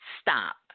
stop